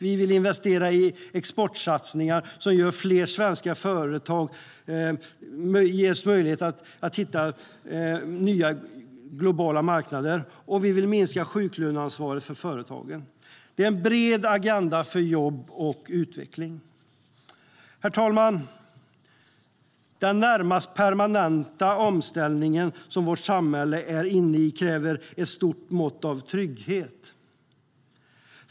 Vi vill investera i exportsatsningar som gör att fler svenska företag ges möjlighet att hitta nya globala marknader, och vi vill minska sjuklöneansvaret för företagen. Herr talman! Den närmast permanenta omställning som vårt samhälle är inne i kräver ett stort mått av trygghet.